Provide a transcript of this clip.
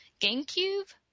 GameCube